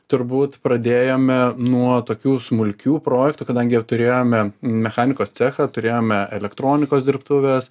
turbūt pradėjome nuo tokių smulkių projektų kadangi turėjome mechanikos cechą turėjome elektronikos dirbtuves